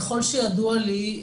ככל שידוע לי,